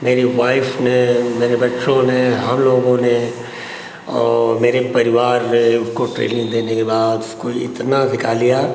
मेरी वाइफ़ ने मेरे बच्चों ने हमलोगों ने और मेरे परिवार ने उसको ट्रेनिन्ग देने के बाद उसको इतना सिखा लिया